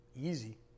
easy